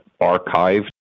archived